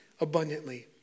abundantly